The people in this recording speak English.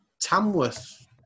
Tamworth